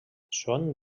són